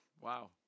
Wow